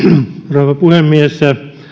rouva puhemies